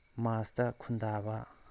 ꯃꯥꯔꯁꯇꯥ ꯈꯨꯟꯗꯕ